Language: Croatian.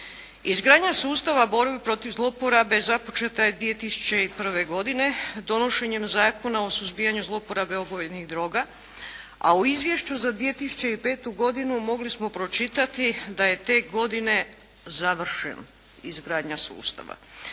Izgradnja sustava borbe protiv zlouporabe započeta je 2001. godine donošenjem Zakona o suzbijanju zlouporabe opojnih droga, a u izvješću za 2005. godinu mogli smo pročitati da je te godine završena izgradnja sustava.